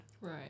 Right